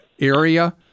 area